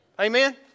Amen